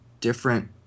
different